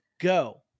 go